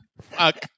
Fuck